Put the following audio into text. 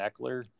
Eckler